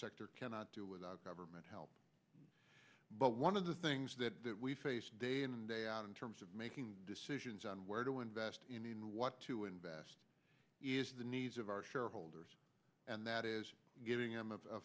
sector cannot do without government help but one of the things that we face day in and day out in terms of making decisions on where to invest in and what to invest is the needs of our shareholders and that is giving them